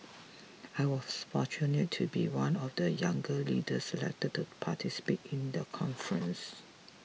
I was fortunate to be one of the young leaders selected to participate in the conference